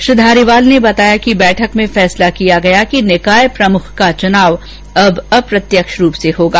श्री धारीवाल ने बताया कि बैठक में फैसला किया गया कि निकाय प्रमुख का चुनाव अब अप्रत्यक्ष रूप से होगा